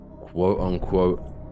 quote-unquote